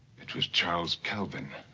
it was charles calvin.